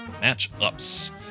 match-ups